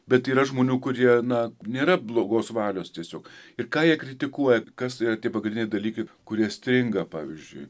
bet yra žmonių kurie na nėra blogos valios tiesiog ir ką jie kritikuoja kas yra tie pagrindiniai dalykai kurie stringa pavyzdžiui